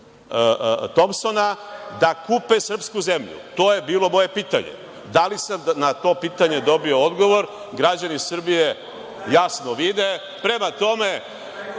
Tompson da kupe srpsku zemlju, to je bilo moje pitanje. Da li sam na to pitanje dobio odgovor, građani Srbije jasno vide. Prema tome,